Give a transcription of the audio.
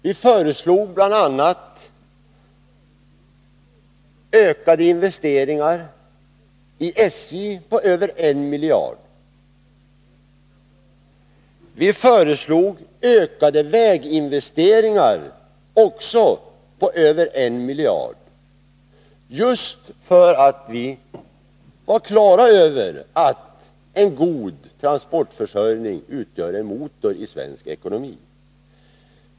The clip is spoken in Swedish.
Vi föreslog bl.a. ökade investeringar i SJ på över 1 miljard. Vi föreslog ökade väginvesteringar också på över 1 miljard, just för att vi var klara över att en god transportförsörjning utgör en motor i svensk ekonomi.